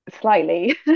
slightly